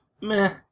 meh